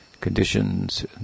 conditions